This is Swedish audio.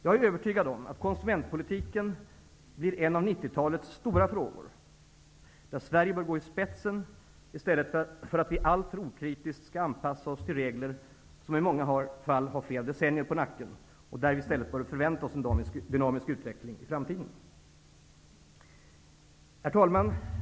Jag är övertygad om att konsumentpolitiken blir en av 90-talets stora frågor, där Sverige bör gå i spetsen, i stället för att vi alltför okritiskt skall anpassa oss till regler, som i många fall har flera decennier på nacken, och där vi bör förvänta oss en dynamisk utveckling i framtiden. Herr talman!